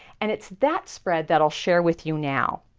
and it's that spread that i'll share with you now!